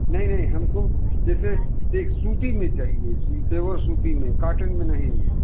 नहीं नहीं हमको जैसे एक सूती में चाहिए प्योवर सूती में काटन में नहीं